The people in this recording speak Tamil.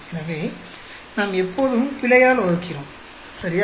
எனவே நாம் எப்போதுமே பிழையால் வகுக்கிறோம் சரியா